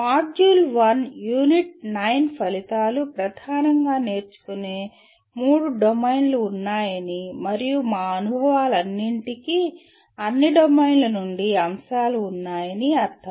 module 1 unit 9 ఫలితాలు ప్రధానంగా నేర్చుకునే మూడు డొమైన్లు ఉన్నాయని మరియు మా అనుభవాలన్నింటికీ అన్ని డొమైన్ల నుండి అంశాలు ఉన్నాయని అర్థం